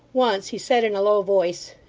once he said in a low voice,